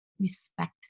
respect